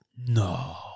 No